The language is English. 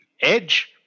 Edge –